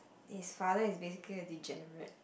his father is basically a degenerate